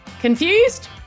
Confused